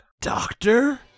doctor